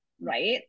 right